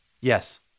Yes